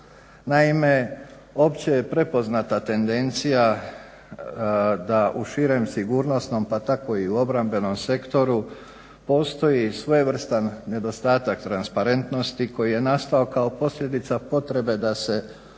Naime, opće je prepoznata tendencija da u širem sigurnosnom pa tako i u obrambenom sektoru postoji svojevrstan nedostatak transparentnosti koji je nastao kao posljedica potrebe da se određene